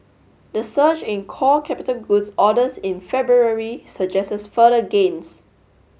the surge in core capital goods orders in February suggests further gains